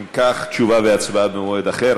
אם כך, תשובה והצבעה במועד אחר.